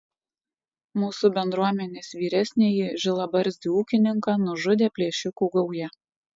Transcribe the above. mūsų bendruomenės vyresnįjį žilabarzdį ūkininką nužudė plėšikų gauja